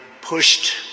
pushed